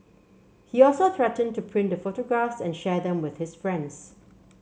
he also threatened to print the photographs and share them with his friends